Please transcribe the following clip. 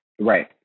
Right